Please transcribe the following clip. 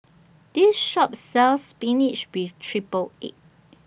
This Shop sells Spinach with Triple Egg